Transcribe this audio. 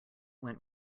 went